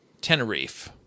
Tenerife